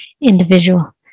individual